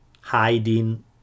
hiding